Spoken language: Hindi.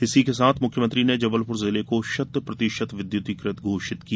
इसी के साथ मुख्यमंत्री ने जबलपुर जिले को शतप्रतिशत विद्युतिकृत घोषित किया